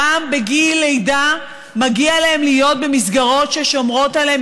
גם בגיל לידה מגיע להם להיות במסגרות ששומרות עליהם,